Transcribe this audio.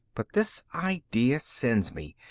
but this idea sends me.